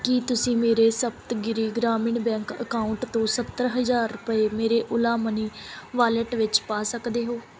ਕੀ ਤੁਸੀਂ ਮੇਰੇ Saptagiri Grameen bank account ਤੋਂ ਸੱਤਰ ਹਜ਼ਾਰ ਰੁਪਏ ਮੇਰੇ ਓਲਾ ਮਨੀ ਵਾਲਿਟ ਵਿੱਚ ਪਾ ਸਕਦੇ ਹੋ